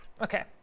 okay